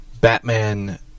Batman